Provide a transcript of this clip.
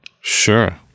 Sure